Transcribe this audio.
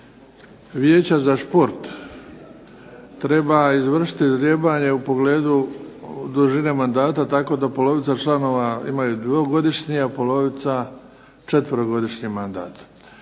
Vijeća za šport treba izvršiti ždrijebanje u pogledu dužine mandata tako da polovica članova imaju 2-godišnje, a polovica 4-godišnji mandat.